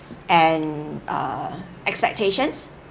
and err expectations